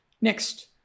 Next